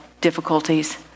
difficulties